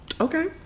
Okay